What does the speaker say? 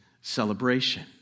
celebration